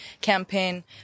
campaign